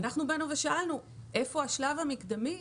באנו ושאלנו איפה השלב המקדמי,